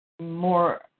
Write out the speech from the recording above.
more